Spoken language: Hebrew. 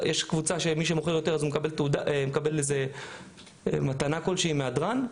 יש קבוצה שמי שמוכר יותר אז הוא מקבל מתנה כלשהי מהדרן.